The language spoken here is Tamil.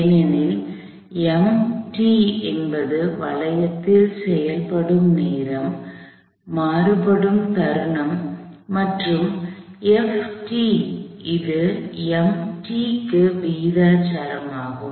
ஏனெனில் என்பது வளையத்தில் செயல்படும் நேரம் மாறுபடும் தருணம் மற்றும் இது க்கு விகிதாசாரமாகும்